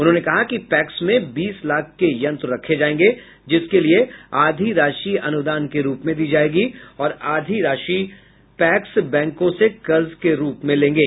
उन्होंने कहा कि पैक्स में बीस लाख के यंत्र रखे जायेंगे जिसके लिए आधी राशि अनुदान के रूप में दी जायेगी और आधी राशि पैक्स बैंकों से कर्ज के रूप में लेंगे